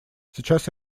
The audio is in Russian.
сейчас